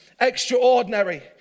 extraordinary